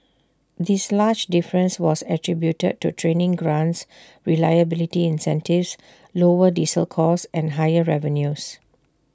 this large difference was attributed to training grants reliability incentives lower diesel costs and higher revenues